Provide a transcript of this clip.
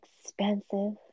expensive